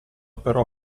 però